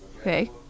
Okay